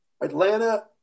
Atlanta